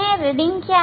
reading क्या है